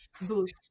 boost